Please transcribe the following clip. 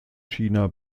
china